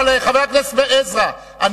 חבר הכנסת בן-ארי.